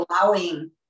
allowing